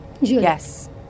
yes